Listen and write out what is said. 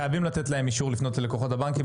חייבים לתת להם אישור לפנות ללקוחות הבנקים.